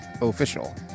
official